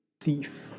thief